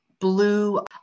blue